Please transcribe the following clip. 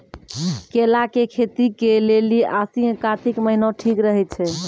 केला के खेती के लेली आसिन कातिक महीना ठीक रहै छै